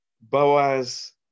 Boaz